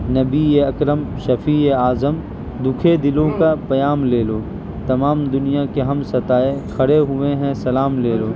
نبی اکرم شفیع اعظم دکھے دلوں کا پیام لے لو تمام دنیا کے ہم ستائے کھڑے ہوئے ہیں سلام لے لو